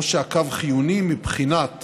או שבהם הקו חיוני מבחינת